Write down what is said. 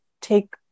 take